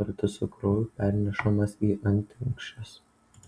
kartu su krauju pernešamas į antinksčius